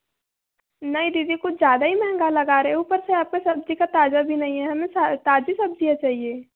नहीं दीदी कुछ ज़्यादा ही महंगा लगा रहे हो ऊपर से आपका सब्ज़ी का ताज़ा भी नहीं है ना हमें ताज़ी सब्ज़ियाँ चाहिएं